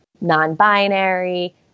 non-binary